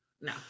No